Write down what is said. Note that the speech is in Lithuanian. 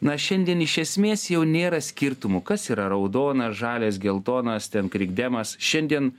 na šiandien iš esmės jau nėra skirtumų kas yra raudonas žalias geltonas ten krikdemas šiandien